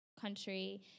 country